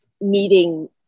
meeting